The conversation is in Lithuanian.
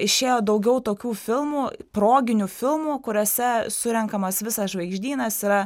išėjo daugiau tokių filmų proginių filmų kuriuose surenkamas visas žvaigždynas yra